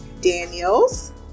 Daniels